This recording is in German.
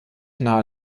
nahe